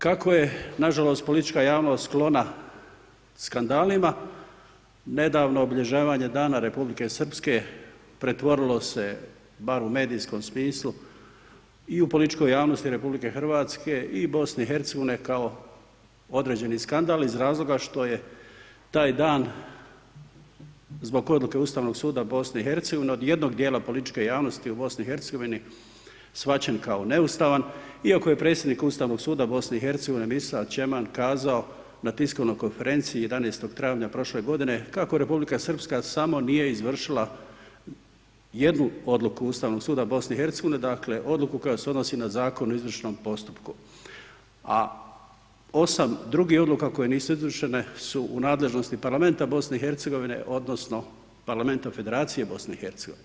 Kako je, nažalost, politička javnost sklona skandalima, nedavno obilježavanje dana Republike Srpske pretvorilo se, bar u medijskom smislu, i u političkoj javnosti RH i BiH kao određeni skandal iz razloga što je taj dan zbog odluke Ustavnog suda BiH od jednog dijela političke javnosti u BiH shvaćen kao neustavan iako je predsjednik Ustavnog suda BiH Mirsad Ćeman kazao na tiskovnoj Konferenciji 11. travnja prošle godine kako Republika Srpska samo nije izvršila samo jednu odluku Ustavnog suda BiH, dakle, odluku koja se odnosi na Zakon o izvršnom postupku, a 8 drugih odluka koje nisu izvršene su u nadležnosti Parlamenta BiH odnosno Parlamenta Federacije BiH.